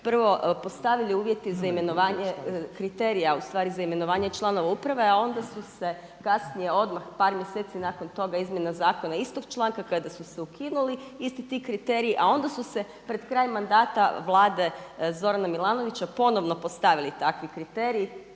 prvo postavili uvjeti za imenovanje kriterija, ustvari za imenovanje članova uprave, a onda su se kasnije odmah par mjeseci nakon toga izmjena zakona istog članka kada su se ukinuli, isti ti kriteriji, a onda su se pred kraj mandata vlade Zorana Milanovića ponovno postavili takvi kriteriji.